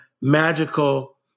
magical